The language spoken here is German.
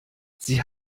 sie